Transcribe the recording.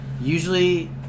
usually